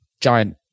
giant